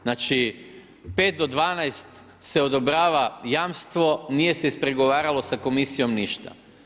Znači, 5 do 12 se odobrava jamstvo, nije se ispregovaralo sa komisijom ništa.